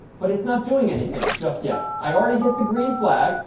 but it's not doing anything just yet. i already hit the green flag.